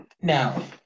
Now